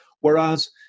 Whereas